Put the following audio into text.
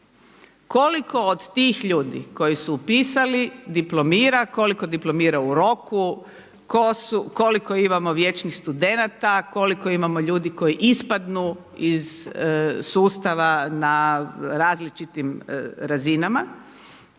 Koliko od tih ljudi koji su upisali diplomira, koliko diplomira u roku, koliko imamo vječnih studenata, koliko imamo ljudi koji ispadnu iz sustava na različitim razinama?